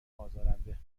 آزارنده